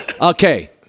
okay